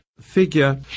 figure